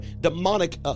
demonic